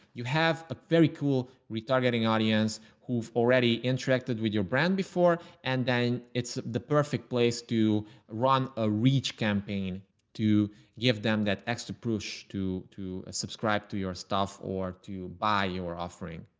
you have a very cool retargeting audience who've already interacted with your brand before. and then it's the perfect place to run a rich campaign to give them that extra push to to subscribe to your stuff or to buy you your offering.